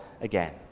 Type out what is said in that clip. again